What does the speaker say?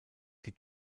die